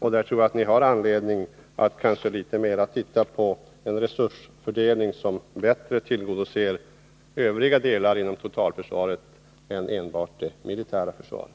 Där tror jag att ni har anledning att titta litet mer på en resursfördelning som bättre tillgodoser övriga delar inom totalförsvaret och inte enbart det militära försvaret.